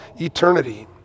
eternity